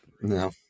No